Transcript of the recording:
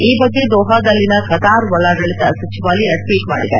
ಈ ಬಗ್ಗೆ ದೋಹಾದಲ್ಲಿನ ಕತಾರ್ ಒಳಾಡಳಿತ ಸಚಿವಾಲಯ ಟ್ನೀಟ್ ಮಾಡಿದೆ